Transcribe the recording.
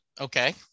Okay